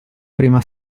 prima